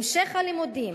המשך הלימודים,